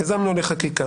יזמנו הליך חקיקה.